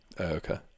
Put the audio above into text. Okay